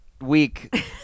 week